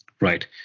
right